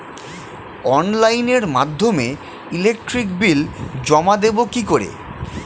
অনলাইনের মাধ্যমে electric bill জমা দেবো কি করে?